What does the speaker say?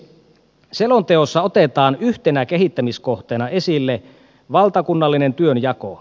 selonteossa otetaan yhtenä kehittämiskohteena esille valtakunnallinen työnjako